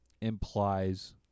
implies